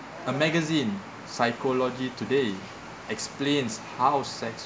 a magazine psychology today explains how sex